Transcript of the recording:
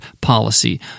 policy